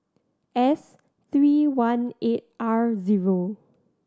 S three one eight R zero